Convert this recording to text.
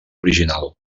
original